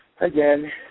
Again